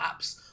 apps